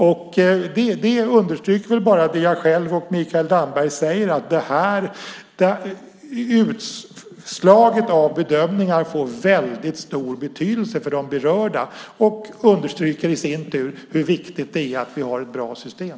Det understryker väl bara det som jag och Mikael Damberg säger, nämligen att utslaget av bedömningar får väldigt stor betydelse för de berörda. Det understryker i sin tur hur viktigt det är att vi har ett bra system.